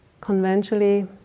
conventionally